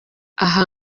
aha